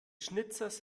schnitzers